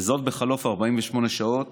וזאת בחלוף 48 שעות